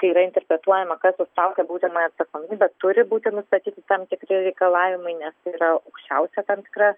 yra interpretuojama kas užtraukia baudžiamąją atsakomybę turi būti nustatyti tam tikri reikalavimai nes tai yra aukščiausia tam tikra